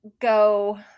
go